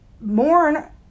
mourn